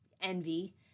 envy